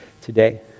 today